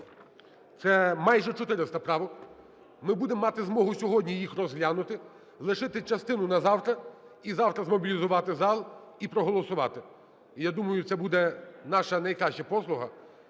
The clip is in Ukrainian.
це майже чотириста правок. Ми будемо мати змогу сьогодні їх розглянути, лишити частину на завтра і завтра змобілізувати зал і проголосувати. І я думаю, це буде наша найкраща послуга